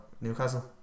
Newcastle